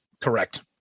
Correct